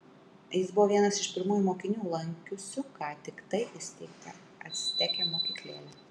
jis buvo vienas iš pirmųjų mokinių lankiusių ką tiktai įsteigtą acteke mokyklėlę